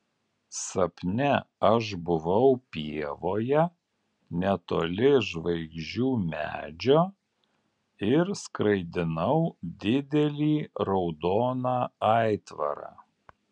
sapne aš buvau pievoje netoli žvaigždžių medžio ir skraidinau didelį raudoną aitvarą